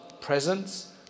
presence